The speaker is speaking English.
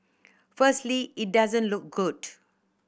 firstly it doesn't look good